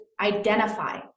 identify